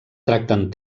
tracten